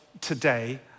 today